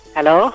Hello